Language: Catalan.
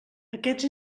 aquests